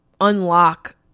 unlock